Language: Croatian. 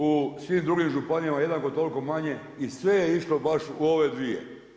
U svim drugim županijama jednako toliko manje i sve je išlo baš u ove dvije.